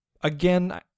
again